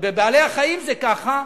בבעלי-החיים זה ככה,